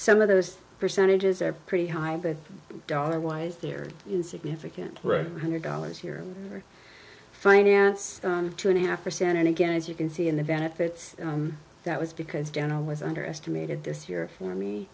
some of those percentages are pretty high but dollar wise they're insignificant hundred dollars here or finance two and a half percent and again as you can see in the benefits that was because general was underestimated this year for me